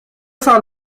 سال